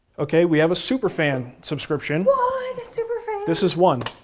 okay, we have a superfan subscription. why the superfan? this is one,